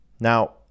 Now